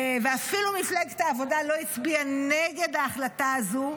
ואפילו מפלגת העבודה לא הצביעה נגד ההחלטה הזו.